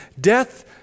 death